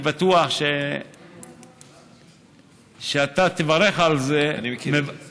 אני בטוח שאתה תברך על זה, אני מכיר את זה.